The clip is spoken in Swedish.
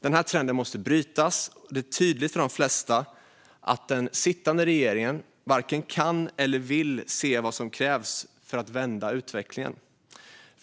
Denna trend måste brytas, och det är tydligt för de flesta att den sittande regeringen varken kan eller vill se vad som krävs för att vända utvecklingen.